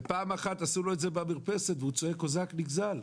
ופעם אחת עשו לו את זה במרפסת והוא צועק: קוזק נגזל,